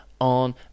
on